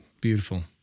Beautiful